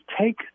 take